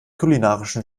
kulinarischen